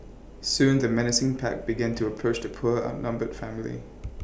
soon the menacing pack began to approach the poor outnumbered family